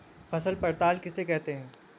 फसल पड़ताल किसे कहते हैं?